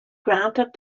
granted